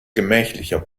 gemächlicher